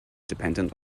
dependent